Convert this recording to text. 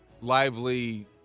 lively